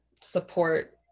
support